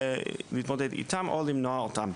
להתמודד איתם או למנוע אותם.